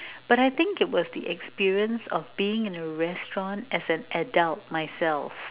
but I think it was the experience of being in a restaurant as an adult myself